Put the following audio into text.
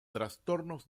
trastornos